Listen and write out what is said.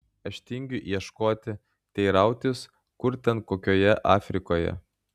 aš tingiu ieškoti teirautis kur ten kokioje afrikoje